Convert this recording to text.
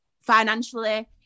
financially